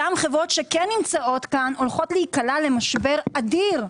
אותן חברות שכן נמצאות כאן הולכות להיקלע למשבר אדיר.